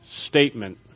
statement